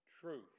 truth